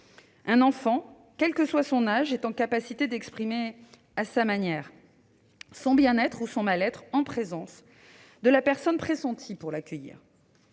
Un enfant, quel que soit son âge, est en capacité d'exprimer à sa manière son bien-être ou son mal-être, en présence de la personne pressentie pour l'accueillir.